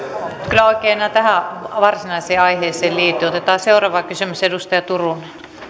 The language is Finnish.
kyllä oikein enää tähän varsinaiseen aiheeseen liity otetaan seuraava kysymys edustaja turunen